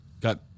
got